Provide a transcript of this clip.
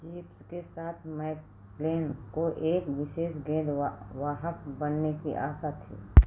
chiefs के साथ McClain को एक विशेष गेंद वाहक बनने की आशा थी